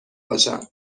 باشم